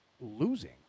losing